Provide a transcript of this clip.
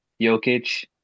Jokic